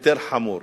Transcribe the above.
יותר חמור.